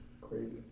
Crazy